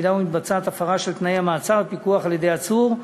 אם מתבצעת הפרה של תנאי המעצר בפיקוח על-ידי עצור,